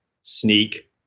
sneak